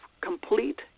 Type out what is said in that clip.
complete